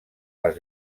les